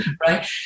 right